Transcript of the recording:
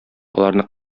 аларны